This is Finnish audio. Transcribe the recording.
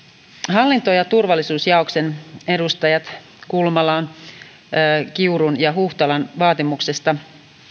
hallinto ja turvallisuusjaoston edustajien kulmala kiuru ja hautala vaatimuksesta